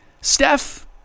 Steph